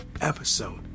episode